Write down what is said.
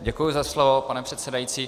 Děkuji za slovo, pane předsedající.